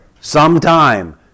Sometime